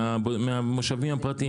מהמושבים הפרטיים?